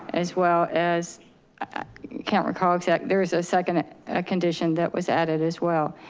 as well as i can't recall exact, there was a second a condition that was added as well.